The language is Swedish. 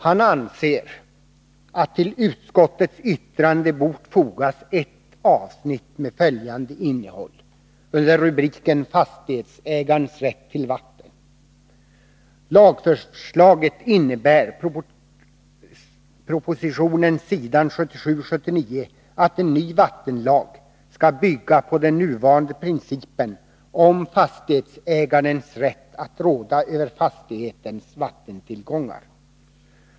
Han anser att till detta hade bort fogas ett avsnitt med följande innehåll och med rubriken Fastighetsägarens rätt till vatten: ”Lagförslaget innebär att en ny vattenlag skall bygga på den nuvarande principen om fastighetsägarens rätt att råda över fastighetens vattentillgångar.